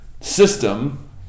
system